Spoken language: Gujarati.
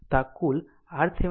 આમ કુલ RThevenin 13